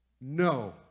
No